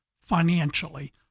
financially